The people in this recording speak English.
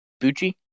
Bucci